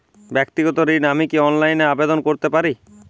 ব্যাক্তিগত ঋণ আমি কি অনলাইন এ আবেদন করতে পারি?